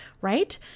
right